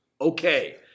Okay